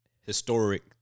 historic